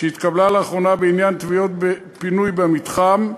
שהתקבלה לאחרונה בעניין תביעות פינוי במתחם,